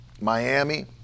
Miami